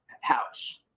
house